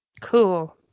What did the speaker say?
cool